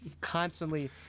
constantly